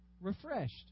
refreshed